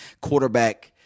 Quarterback –